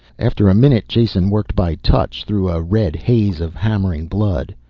after a minute jason worked by touch through a red haze of hammering blood.